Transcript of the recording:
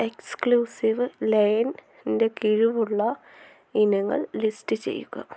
exclusive lane ന്റെ കിഴിവുള്ള ഇനങ്ങൾ ലിസ്റ്റ് ചെയ്യുക